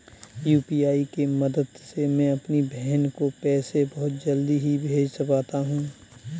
UPI के मदद से मैं अपनी बहन को पैसे बहुत जल्दी ही भेज पाता हूं